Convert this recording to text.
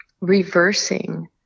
reversing